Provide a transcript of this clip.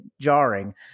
jarring